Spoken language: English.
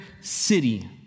city